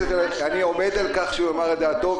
אני עומד על כך שהוא יאמר את דעתו,